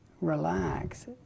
relax